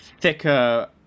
thicker